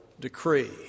decree